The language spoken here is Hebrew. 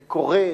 זה קורה,